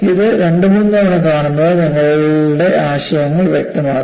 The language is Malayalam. ഇത് 2 3 തവണ കാണുന്നത് നിങ്ങളുടെ ആശയങ്ങൾ വ്യക്തമാക്കും